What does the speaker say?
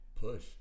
Push